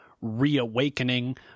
reawakening